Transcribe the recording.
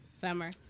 Summer